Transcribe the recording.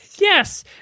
Yes